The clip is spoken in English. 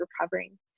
recovering